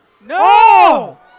no